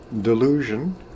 delusion